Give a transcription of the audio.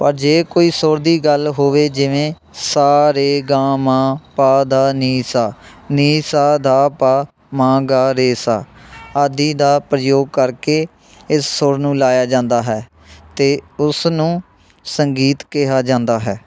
ਪਰ ਜੇ ਕੋਈ ਸੁਰ ਦੀ ਗੱਲ ਹੋਵੇ ਜਿਵੇਂ ਸਾ ਰੇ ਗਾ ਮਾ ਪਾ ਦਾ ਨੀ ਸਾ ਨੀ ਸਾ ਦਾ ਪਾ ਮ ਗ ਰੇ ਸਾ ਆਦਿ ਦਾ ਪ੍ਰਯੋਗ ਕਰਕੇ ਇਸ ਸੁਰ ਨੂੰ ਲਾਇਆ ਜਾਂਦਾ ਹੈ ਅਤੇ ਉਸ ਨੂੰ ਸੰਗੀਤ ਕਿਹਾ ਜਾਂਦਾ ਹੈ